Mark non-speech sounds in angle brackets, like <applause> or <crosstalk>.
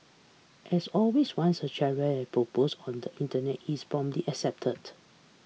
as always once a <unintelligible> has propose on the Internet is promptly accepted